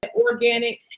organic